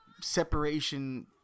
separation